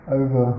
over